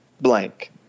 blank